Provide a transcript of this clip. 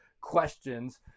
questions